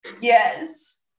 Yes